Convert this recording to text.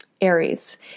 Aries